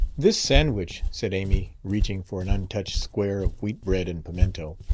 this sandwich, said amy, reaching for an untouched square of wheat bread and pimento.